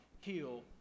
heal